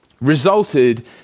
resulted